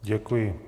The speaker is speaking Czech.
Děkuji.